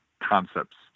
concepts